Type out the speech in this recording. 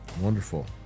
Wonderful